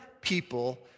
people